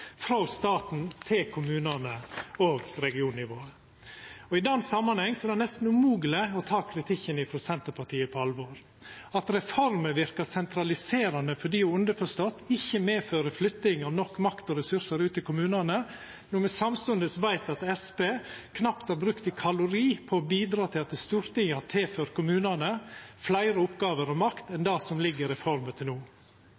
frå staten til kommunane og regionnivået? I den samanhengen er det nesten umogleg å ta kritikken frå Senterpartiet på alvor – at reformer verkar sentraliserande fordi dei, underforstått, ikkje medfører flytting av nok makt og ressursar ut i kommunane – når me samstundes veit at Senterpartiet knapt har brukt ein kalori på å bidra til at Stortinget har tilført kommunane fleire oppgåver og makt enn det som ligg i reforma til no.